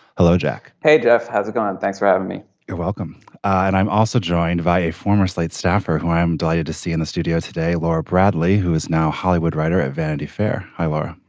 hello jack hey jeff. how's it going. thanks for having me you're welcome and i'm also joined by a former slate staffer who i am delighted to see in the studio today laura bradley who is now hollywood writer at vanity fair. hi laura.